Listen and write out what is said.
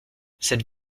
cette